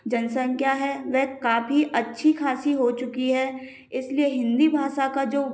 जनसंख्या है वह काफी अच्छी खासी हो चुकी है इसलिए हिंदी भाषा का जो